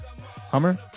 Hummer